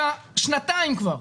שנתיים כבר,